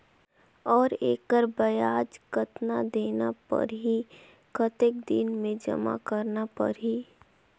और एकर ब्याज कतना देना परही कतेक दिन मे जमा करना परही??